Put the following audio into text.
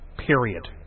Period